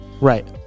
Right